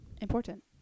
important